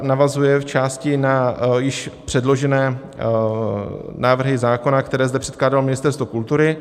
Navazuje zčásti na již předložené návrhy zákona, které zde předkládalo Ministerstvo kultury.